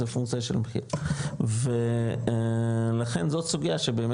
זה פונקציה של מחיר ולכן זאת סוגייה שבאמת,